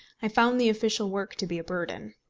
i found the official work to be a burden.